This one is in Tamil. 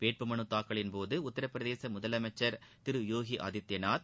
வேட்புமனுத் தாக்கலின்போது உத்தரப் பிரதேச முதலமைச்சர் திரு யோகி ஆதித்யநாத்